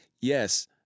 Yes